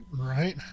Right